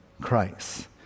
Christ